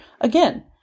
Again